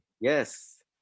Yes